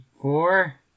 four